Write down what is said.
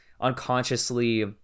unconsciously